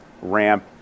Ramp